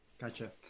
Gotcha